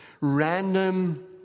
random